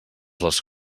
les